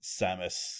Samus